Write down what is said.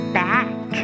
back